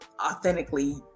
authentically